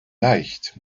leicht